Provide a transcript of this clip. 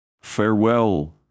Farewell